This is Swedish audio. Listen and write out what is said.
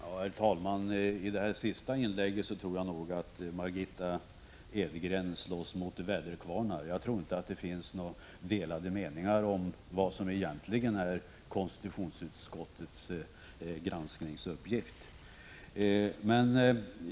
Herr talman! I sitt sista inlägg slåss Margitta Edgren enligt min mening mot väderkvarnar. Jag tror inte att det råder några delade meningar om vad som egentligen är konstitutionsutskottets granskningsuppgift.